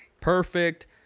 perfect